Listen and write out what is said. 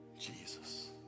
Jesus